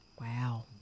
Wow